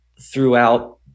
throughout